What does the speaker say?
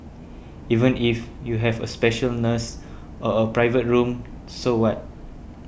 even if you have a special nurse or a private room so what